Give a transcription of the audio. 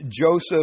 Joseph